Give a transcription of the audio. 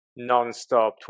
nonstop